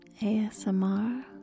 ASMR